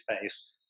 face